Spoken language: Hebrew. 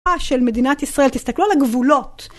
של מדינת ישראל תסתכלו על הגבולות